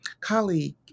colleague